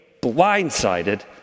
blindsided